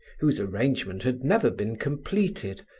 whose arrangement had never been completed,